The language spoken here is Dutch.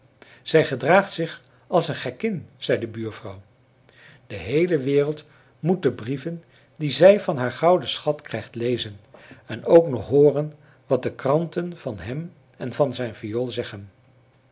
zij gedraagt zich als een gekkin zei de buurvrouw de heele wereld moet de brieven die zij van haar gouden schat krijgt lezen en ook nog hooren wat de kranten van hem en van zijn viool zeggen